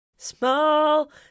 small